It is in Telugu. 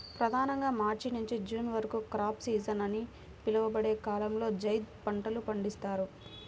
ప్రధానంగా మార్చి నుండి జూన్ వరకు క్రాప్ సీజన్ అని పిలువబడే కాలంలో జైద్ పంటలు పండిస్తారు